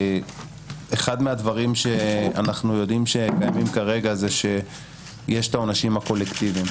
אחד מהדברים שאנחנו יודעים שמעכבים כרגע זה שיש את העונשים הקולקטיביים.